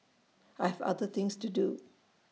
I've other things to do